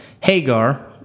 Hagar